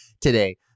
today